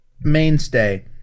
mainstay